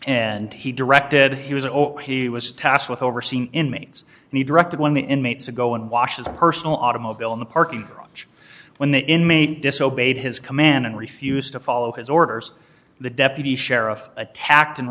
and he directed he was over he was tasked with overseeing inmates and he directed one inmates ago and washes a personal automobile in the parking garage when the inmate disobeyed his command and refused to follow his orders the deputy sheriff attacked and